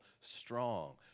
strong